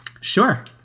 sure